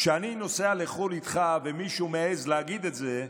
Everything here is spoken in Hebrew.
כשאני נוסע לחו"ל איתך ומישהו מעז להגיד את זה,